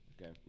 Okay